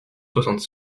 soixante